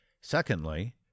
Secondly